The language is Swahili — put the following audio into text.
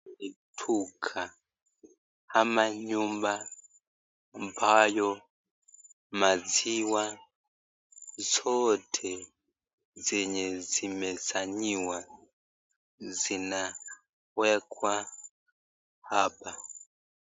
Hii ni duka ama nyumba ambayo maziwa zote zenye zimezanyiwa zinawekwa hapa.